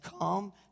come